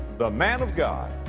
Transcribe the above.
the man of god,